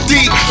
Deep